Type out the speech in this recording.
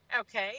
okay